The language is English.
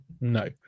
No